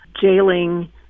jailing